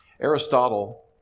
Aristotle